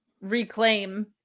reclaim